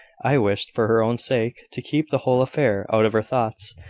i wished, for her own sake, to keep the whole affair out of her thoughts,